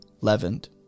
leavened